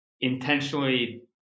intentionally